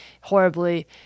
horribly